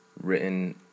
written